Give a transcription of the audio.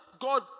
God